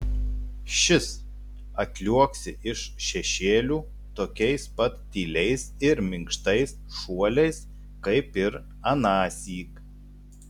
šis atliuoksi iš šešėlių tokiais pat tyliais ir minkštais šuoliais kaip ir anąsyk